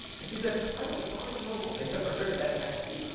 she said, cause i went to barnes and noble, they never heard of that magazine.